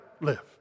live